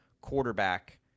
quarterback